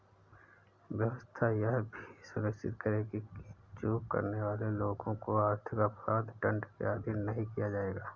व्यवस्था यह भी सुनिश्चित करेगी कि चूक करने वाले लोगों को आर्थिक अपराध दंड के अधीन नहीं किया जाएगा